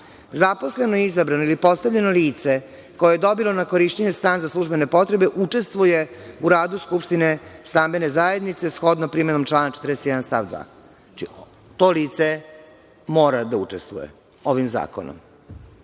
zaposleno, izabrano ili postavljeno lice koje je dobilo na korišćenje stan za službene potrebe učestvuje u radu skupštine stambene zajednice shodno primenom člana 41. stav 2. Znači, to lice mora da učestvuje ovim zakonom. Ako